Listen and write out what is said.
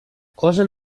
кожен